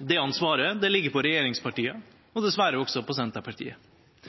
Det ansvaret ligg på regjeringspartia – og dessverre også på Senterpartiet.